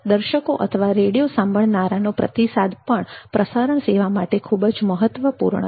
દર્શકો અથવા રેડીયો સાંભળનારાનો પ્રતિસાદ પ્રસારણ સેવા માટે ખૂબ જ મહત્વપૂર્ણ છે